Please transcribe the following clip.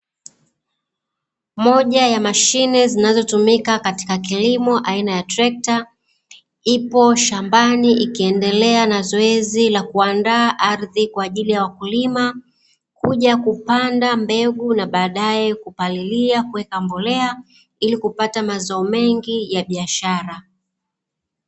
Moja ya mashine zinazotumika katika kilimo aina ya trekta, ipo shambani ikiendelea na zoezi la kuandaa ardhi, kwa ajili ya wakulima kuja kupanda mbegu na baadae kupalilia kuweka mbolea ili kupata mazao mengi ya biashara.